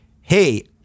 hey